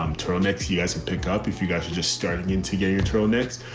um turtleneck you guys can pick up if you guys are just starting into gay utero next.